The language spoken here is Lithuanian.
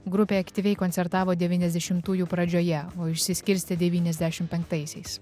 grupė aktyviai koncertavo devyniasdešimtųjų pradžioje o išsiskirstė devyniasdešim penktaisiais